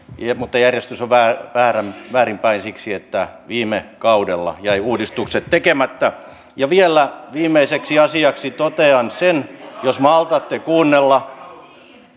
mutta järjestys on väärin päin siksi että viime kaudella jäivät uudistukset tekemättä vielä viimeiseksi asiaksi totean sen jos maltatte kuunnella